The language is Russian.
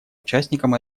участником